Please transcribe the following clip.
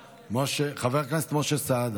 חבר הכנסת משה סעדה.